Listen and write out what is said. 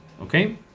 okay